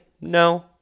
No